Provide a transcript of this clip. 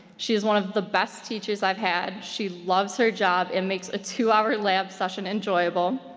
she is one of the best teachers i've had, she loves her job and makes a two hour lab session enjoyable,